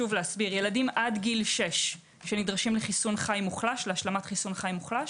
ילדים עד גיל 6 שנדרשים להשלמת חיסון חי מוחלש